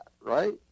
right